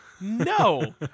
no